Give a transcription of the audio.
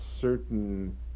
certain